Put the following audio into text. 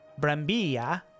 Brambilla